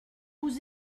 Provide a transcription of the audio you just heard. vos